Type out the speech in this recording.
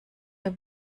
der